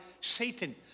Satan